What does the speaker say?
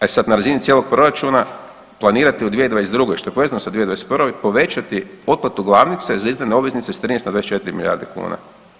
E sada na razini cijelog proračuna planirate u 2022. što je povezano za 2021. povećati otplatu glavnice za izdane obveznice sa 13 na 24 milijarde kuna.